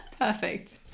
Perfect